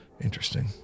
Interesting